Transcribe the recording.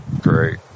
Great